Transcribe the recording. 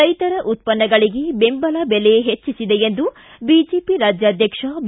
ರೈತರ ಉತ್ಪನ್ನಗಳಗೆ ಬೆಂಬಲ ಬೆಲೆ ಹೆಚ್ಚಿಸಿದೆ ಎಂದು ಬಿಜೆಪಿ ರಾಜ್ಯಾಧ್ಯಕ್ಷ ಬಿ